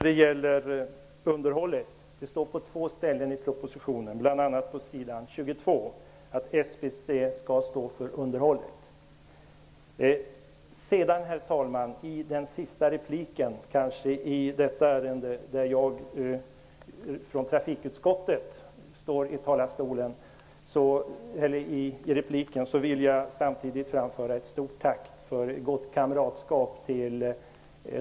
Herr talman! Det står på två ställen i propositionen, bl.a. på s. 22, att SPC skall stå för underhållet. I mitt kanske sista inlägg i detta ärende vill jag, herr talman, till de utskottsledamöter som jag har fått arbeta tillsammans med framföra ett stort tack för ett gott kamratskap.